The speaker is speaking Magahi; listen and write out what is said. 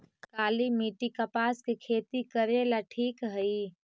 काली मिट्टी, कपास के खेती करेला ठिक हइ?